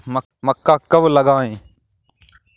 मक्का कब लगाएँ?